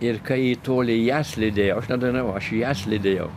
ir kai į tolį jas lydėjau aš nedainavau aš jas lydėjau